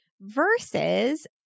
versus